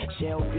Shell